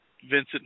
Vincent